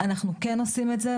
אנחנו עושים את זה.